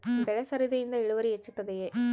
ಬೆಳೆ ಸರದಿಯಿಂದ ಇಳುವರಿ ಹೆಚ್ಚುತ್ತದೆಯೇ?